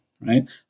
right